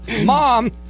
Mom